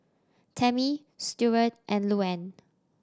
Tammie Steward and Louann